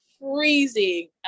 freezing